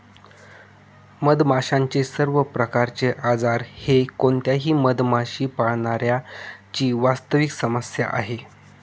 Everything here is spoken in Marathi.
मधमाशांचे सर्व प्रकारचे आजार हे कोणत्याही मधमाशी पाळणाऱ्या ची वास्तविक समस्या आहे